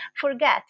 forget